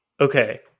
Okay